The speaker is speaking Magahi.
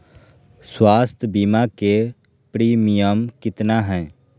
स्वास्थ बीमा के प्रिमियम कितना है?